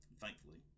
thankfully